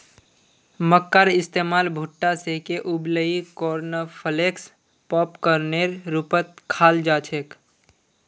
मक्कार इस्तमाल भुट्टा सेंके उबलई कॉर्नफलेक्स पॉपकार्नेर रूपत खाल जा छेक